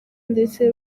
ndetse